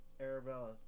Arabella